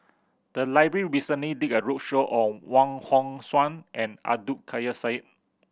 the library recently did a roadshow on Wong Hong Suen and Abdul Kadir Syed